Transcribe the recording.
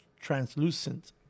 translucent